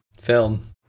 Film